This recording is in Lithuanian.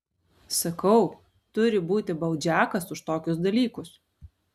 sakau turi būti baudžiakas už tokius dalykus